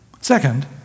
Second